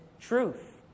truth